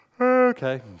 Okay